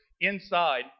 inside